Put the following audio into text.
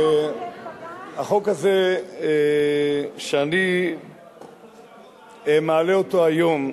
החוק הזה, שאני מעלה אותו היום,